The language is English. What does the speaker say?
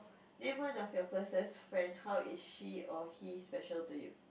name one of your closest friend how is she or he special to you